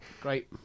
great